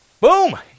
boom